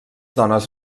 dones